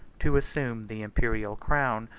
to assume the imperial crown,